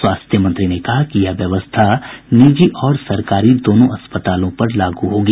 स्वास्थ्य मंत्री ने कहा कि यह व्यवस्था निजी और सरकारी दोनों अस्पतालों पर लागू होगी